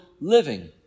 living